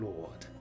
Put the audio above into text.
Lord